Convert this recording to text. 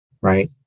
right